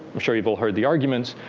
i'm sure you've all heard the arguments.